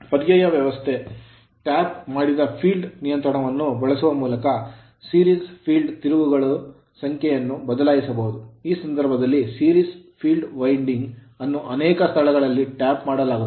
ಪರ್ಯಾಯ ವ್ಯವಸ್ಥೆ tap tap ಮಾಡಿದ field ಕ್ಷೇತ್ರ ನಿಯಂತ್ರಣವನ್ನು ಬಳಸುವ ಮೂಲಕ series field ಸರಣಿ ಕ್ಷೇತ್ರ ತಿರುವುಗಳ ಸಂಖ್ಯೆಯನ್ನು ಬದಲಾಯಿಸಬಹುದು ಈ ಸಂದರ್ಭದಲ್ಲಿ series field winding ಸರಣಿ ಫೀಲ್ಡ್ ವೈಂಡಿಂಗ್ ಅನ್ನು ಅನೇಕ ಸ್ಥಳಗಳಲ್ಲಿ tap ಟ್ಯಾಪ್ ಮಾಡಲಾಗುತ್ತದೆ